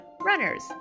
runners